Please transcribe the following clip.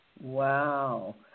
Wow